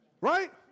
right